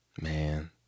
Man